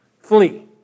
flee